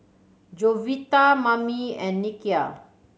Jovita Mammie and Nikia